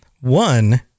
One